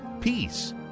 Peace